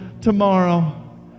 tomorrow